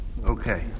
Okay